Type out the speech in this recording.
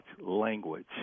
language